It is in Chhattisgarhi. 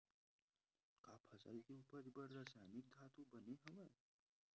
का फसल के उपज बर रासायनिक खातु बने हवय?